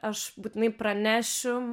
aš būtinai pranešiu